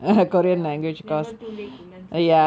ya is never too late to learn something